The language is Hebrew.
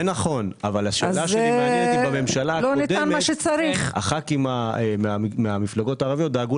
זה נכון אבל כשהייתם בממשלה הקודמת הח"כים מהמפלגות הערביות דאגו